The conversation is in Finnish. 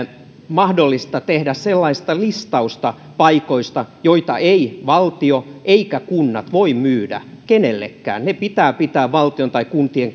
mahdollista tehdä sellaista listausta paikoista joita ei valtio eivätkä kunnat voi myydä kenellekään ne pitää pitää valtion tai kuntien